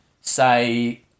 say